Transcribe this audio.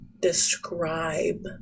describe